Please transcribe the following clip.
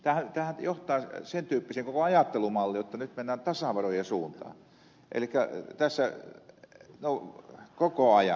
tämähän johtaa sen tyyppiseen ajattelumalliin jotta nyt mennään tasaverojen suuntaan koko ajan